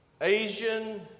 Asian